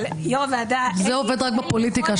זה עובד רק בפוליטיקה,